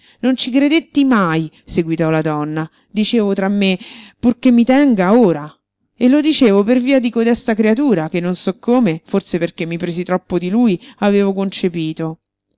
non ci credetti mai seguitò la donna dicevo tra me purché mi tenga ora e lo dicevo per via di codesta creatura che non so come forse perché mi presi troppo di lui avevo concepito